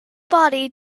body